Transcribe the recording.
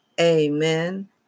amen